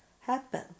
happen